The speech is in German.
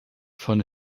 von